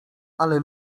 ale